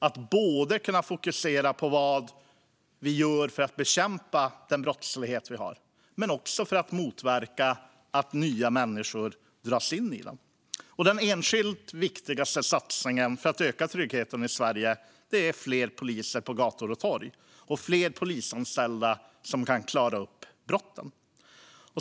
Det handlar om att kunna fokusera på vad vi gör för att bekämpa den brottslighet som finns och för att motverka att nya människor dras in i den. Den enskilt viktigaste satsningen för att öka tryggheten i Sverige syftar till att få fler poliser på gator och torg och fler polisanställda som kan klara upp brott.